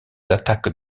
attaques